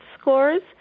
scores